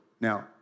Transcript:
Now